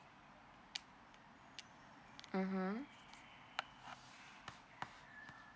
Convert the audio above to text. mmhmm